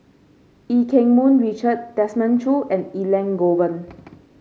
Eu Keng Mun Richard Desmond Choo and Elangovan